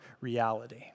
reality